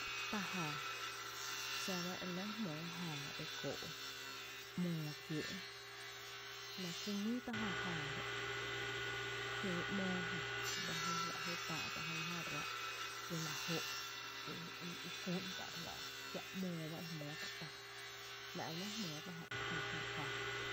Tá’ jää xá ba e re lɇ jmóo jää e kóó’ ‘móo kiéé’, la ku míi tá’ jö jää ró’ jéé ´móo jö ba e fá’ e táá’tá’ jyn jö ráá’ e la jó’ e e kú’n tá’ kiä’ ‘móó jö ba e jmóo tá’ tá jö, la’ re lɇ jmóo tá’ jö jää.